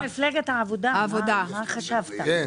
הצבעה